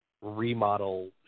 remodel